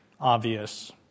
obvious